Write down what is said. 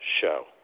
show